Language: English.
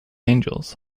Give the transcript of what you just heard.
angels